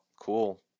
Cool